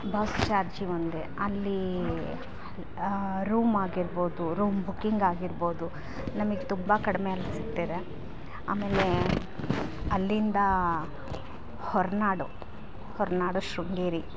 bus ಚಾರ್ಜಿಗೊಂದೇ ಅಲ್ಲಿ room ಆಗಿರ್ಬೋದು ರೂಮ್ ಬುಕ್ಕಿಂಗ್ ಆಗಿರ್ಬೋದು ನಮಗೆ ತುಂಬ ಕಡ್ಮೆಲಿ ಸಿಗ್ತಿದೆ ಆಮೇಲೆ ಅಲ್ಲಿಂದ ಹೋರ್ನಾಡು ಹೋರ್ನಾಡು ಶೃಂಗೇರಿ